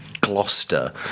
Gloucester